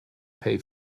pay